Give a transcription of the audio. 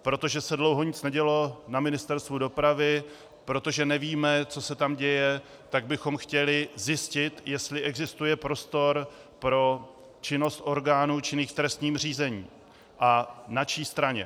Protože se dlouho nic nedělo na Ministerstvu dopravy, protože nevíme, co se tam děje, tak bychom chtěli zjistit, jestli existuje prostor pro činnost orgánů činných v trestním řízení a na čí straně.